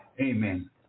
Amen